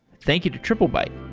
thank you to triplebyte